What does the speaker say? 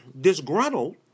disgruntled